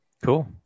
Cool